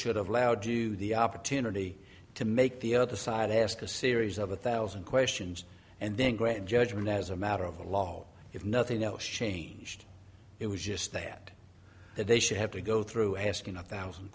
allowed the opportunity to make the other side ask a series of a thousand questions and then great judgment as a matter of the law if nothing else changed it was just that that they should have to go through asking a thousand